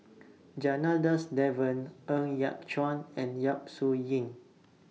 Janadas Devan Ng Yat Chuan and Yap Su Yin